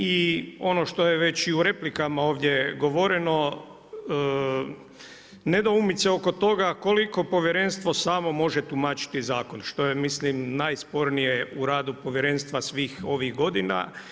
I ono što je već i u replikama ovdje govoreno nedoumice oko toga koliko povjerenstvo samo može tumačiti zakon što je mislim najspornije u radu povjerenstva svih ovih godina.